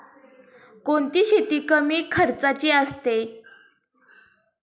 कोणती शेती कमी खर्चाची असते?